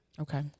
Okay